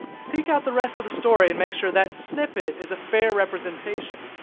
seek out the rest of the story and make sure that snippet is a fair representation.